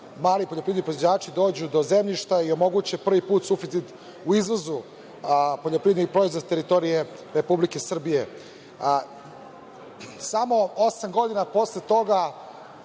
mali poljoprivredni proizvođači dođu do zemljišta i omoguće prvi put suficit u izvozu poljoprivrednih proizvoda sa teritorije Republike Srbije. Samo osam godina posle toga